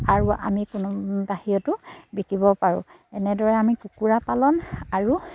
আৰু আমি কোনো বাহিৰতো বিকিব পাৰোঁ এনেদৰে আমি কুকুৰা পালন আৰু